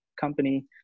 company